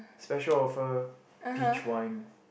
special offer peach wine